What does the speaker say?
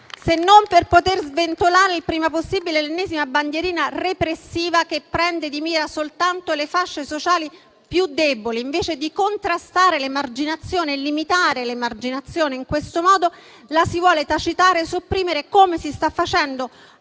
se non per poter sventolare il prima possibile l'ennesima bandierina repressiva che prende di mira soltanto le fasce sociali più deboli. Invece di contrastare e limitare l'emarginazione, in questo modo la si vuole tacitare e sopprimere, come si sta facendo